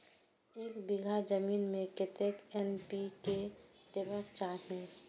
एक बिघा जमीन में कतेक एन.पी.के देबाक चाही?